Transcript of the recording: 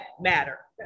matter